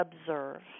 observe